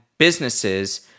businesses